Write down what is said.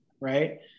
right